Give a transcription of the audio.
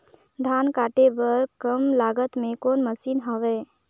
धान काटे बर कम लागत मे कौन मशीन हवय?